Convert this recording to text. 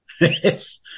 Yes